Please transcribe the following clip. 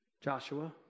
Joshua